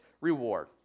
reward